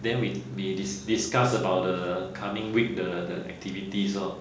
then we we discuss about the coming week the activities lor